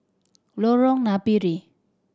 Lorong Napiri